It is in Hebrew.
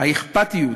האכפתיות,